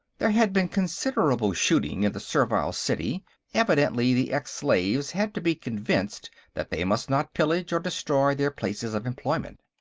there had been considerable shooting in the servile city evidently the ex-slaves had to be convinced that they must not pillage or destroy their places of employment.